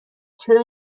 چرا